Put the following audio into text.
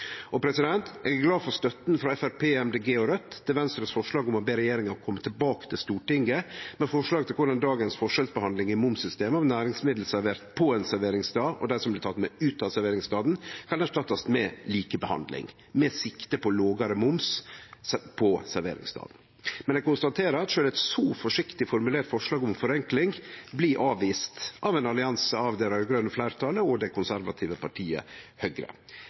Eg er glad for støtta frå Framstegspartiet, Miljøpartiet Dei Grøne og Raudt til Venstres forslag om å be regjeringa kome tilbake til Stortinget med forslag til korleis dagens forskjellsbehandling i momssystemet, mellom næringsmiddel servert på ein serveringsstad, og det som blir tatt med ut av serveringsstaden, kan erstattast med likebehandling – med sikte på lågare moms på serveringsstaden. Men eg konstaterer at sjølv eit så forsiktig formulert forslag om forenkling, blir avvist av ein allianse av det raud-grøne fleirtalet og det konservative partiet Høgre.